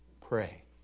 pray